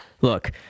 Look